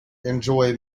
enjoy